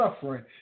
suffering